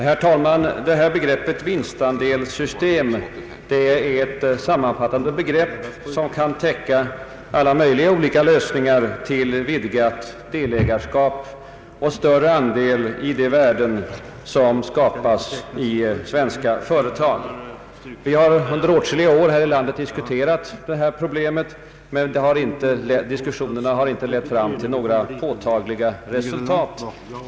Herr talman! Begreppet vinstandelssystem är ett sammanfattande begrepp som kan täcka olika lösningar till vidgat delägarskap och större andel i de värden som skapas i svenska företag. Vi har under åtskilliga år här i landet diskuterat detta problem, men diskussionerna har inte lett fram till några påtagliga resultat.